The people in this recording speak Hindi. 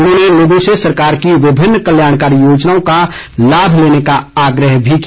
उन्होंने लोगों से सरकार की विभिन्न कल्याणकारी योजनाओं का लाभ लेने का आग्रह भी किया